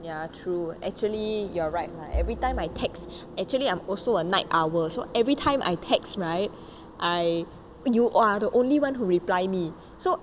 ya true actually you're right lah everytime I text actually I'm also a night owl so everytime I text right I you are the only one who reply me so